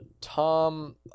Tom